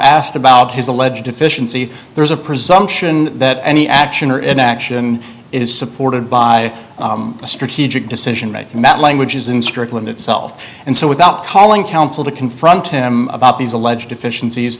asked about his alleged deficiency there's a presumption that any action or inaction is supported by a strategic decision making that language is in strickland itself and so without calling counsel to confront him about these alleged deficiencies